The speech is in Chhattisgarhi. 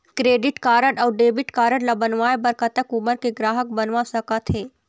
क्रेडिट कारड अऊ डेबिट कारड ला बनवाए बर कतक उमर के ग्राहक बनवा सका थे?